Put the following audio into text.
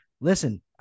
Listen